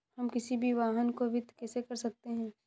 हम किसी भी वाहन को वित्त कैसे कर सकते हैं?